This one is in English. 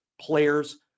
players